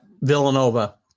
Villanova